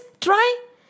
try